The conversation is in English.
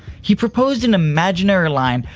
he proposed an imaginary line,